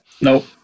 nope